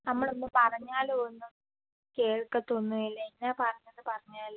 നമ്മൾ ഒന്നും പറഞ്ഞാലും ഒന്നും കേൾക്കത്തൊന്നും ഇല്ല ഇങ്ങനെ പറഞ്ഞെന്ന് പറഞ്ഞാൽ